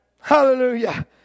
Hallelujah